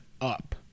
up